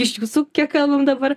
iš visų kiek kalbam dabar